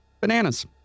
bananas